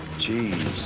geez.